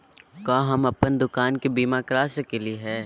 का हम अप्पन दुकान के बीमा करा सकली हई?